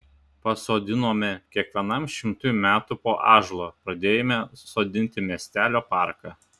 pasodinome kiekvienam šimtui metų po ąžuolą pradėjome sodinti miestelio parką